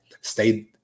stayed